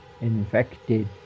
Infected